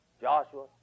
Joshua